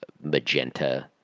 magenta